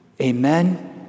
Amen